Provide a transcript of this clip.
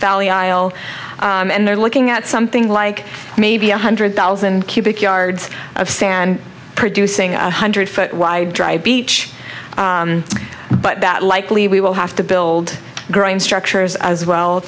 valley aisle and they're looking at something like maybe one hundred thousand cubic yards of sand producing a hundred foot wide dry beach but that likely we will have to build growing structures as well